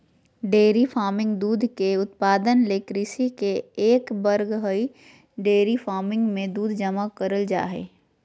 dairy farming दूध के उत्पादन ले कृषि के एक वर्ग हई डेयरी फार्मिंग मे दूध जमा करल जा हई